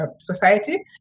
society